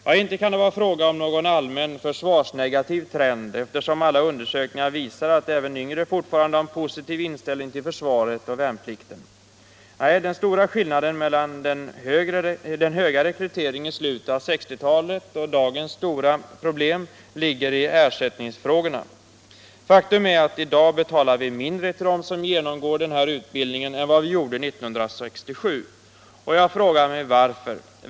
Ja, inte kan det vara fråga om någon allmän försvarsnegativ trend, eftersom alla undersökningar visar att även yngre fortfarande har en positiv inställning till vårt försvar och värnplikten. Nej, den stora skillnaden mellan den höga rekryteringen i slutet av 1960-talet och dagens stora problem ligger i ersättningsfrågorna. Faktum är att vi i dag betalar mindre till dem som genomgår denna utbildning än vad vi gjorde 1967. Jag frågar mig: Varför?